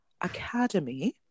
Academy